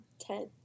Ten